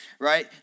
right